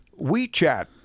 WeChat